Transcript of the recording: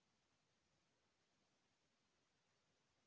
Education ऋण का होथे?